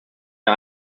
der